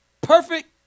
perfect